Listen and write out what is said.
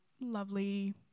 lovely